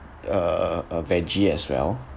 uh a veggie as well